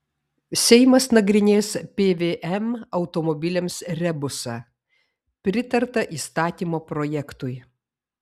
seimas nagrinės pvm automobiliams rebusą pritarta įstatymo projektui